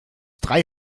drei